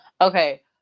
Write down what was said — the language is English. Okay